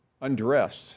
undressed